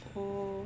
oh